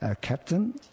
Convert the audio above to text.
captain